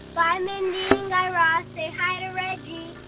bye, mindy and guy raz. say hi to reggie